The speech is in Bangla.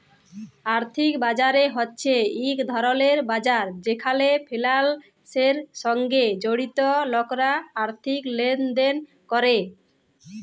আর্থিক বাজার হছে ইক ধরলের বাজার যেখালে ফিলালসের সঙ্গে জড়িত লকরা আথ্থিক লেলদেল ক্যরে